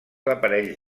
aparells